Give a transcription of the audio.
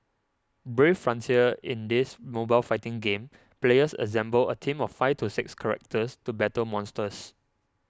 Brave Frontier In this mobile fighting game players assemble a team of five to six characters to battle monsters